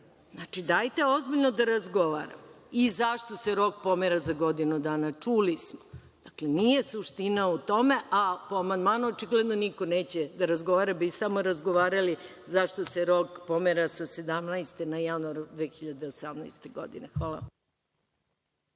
dajte ozbiljno da razgovaramo. Zašto se rok pomera za godinu dana? Čuli smo. Dakle, nije suština u tome, a po amandmanu očigledno niko neće da razgovara, već bi samo razgovarali zašto se rok pomera sa sedamnaeste na januar 2018. godine. Hvala